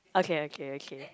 okay okay okay